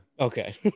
Okay